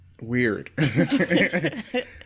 weird